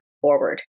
forward